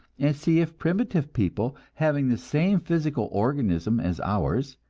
and see if primitive people, having the same physical organism as ours,